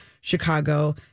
Chicago